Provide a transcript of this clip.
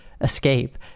escape